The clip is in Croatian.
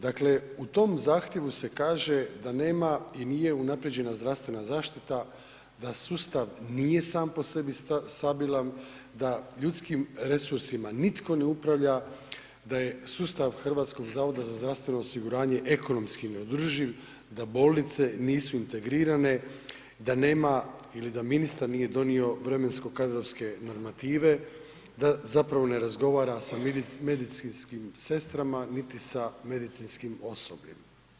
Dakle u tom zahtjevu se kaže da nema i nije unaprijeđena zdravstvena zaštita da sustav nije sam po sebi stabilan, da ljudskim resursima nitko ne upravlja, da je sustava Hrvatskog zavoda za zdravstveno osiguranje ekonomski neodrživ, da bolnice nisu integrirane, da nema ili da ministar nije donio vremensko kadrovske normative, da zapravo ne razgovara sa medicinskim sestrama niti sa medicinskim osobljem.